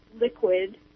liquid